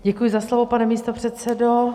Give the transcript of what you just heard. Děkuji za slovo, pane místopředsedo.